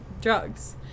drugs